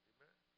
Amen